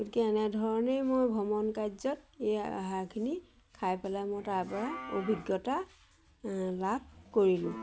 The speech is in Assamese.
গতিকে এনেধৰণেই মই ভ্ৰমণ কাৰ্যত এই আহাৰখিনি খাই পেলাই মই তাৰ পৰা অভিজ্ঞতা লাভ কৰিলোঁ